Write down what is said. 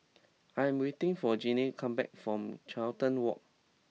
I am waiting for Genie to come back from Carlton Walk